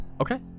Okay